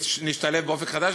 שנשתלב ב"אופק חדש",